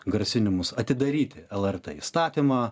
grasinimus atidaryt lrt įstatymą